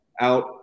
out